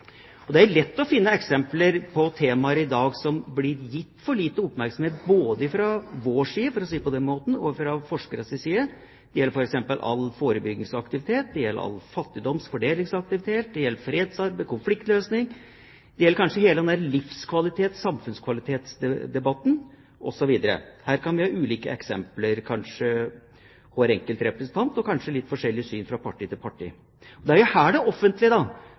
Det er lett å finne eksempler på temaer som i dag blir gitt for lite oppmerksomhet både fra vår side – for å si det på den måten – og fra forskernes side. Det gjelder f.eks. all forebyggingsaktivitet, det gjelder all fattigdoms- og fordelingsaktivitet, det gjelder fredsarbeid og konfliktløsning, det gjelder kanskje hele livskvalitets- og samfunnskvalitetsdebatten osv. Her kan kanskje hver enkelt representant ha ulike eksempler og kanskje litt forskjellige syn fra parti til parti. Men det er her det offentlige